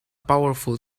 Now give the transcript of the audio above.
powerful